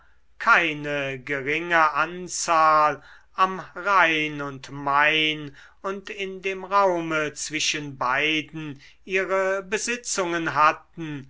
keine geringe anzahl am rhein und main und in dem raume zwischen beiden ihre besitzungen hatten